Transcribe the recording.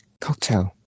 Cocktail